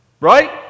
right